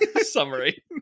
summary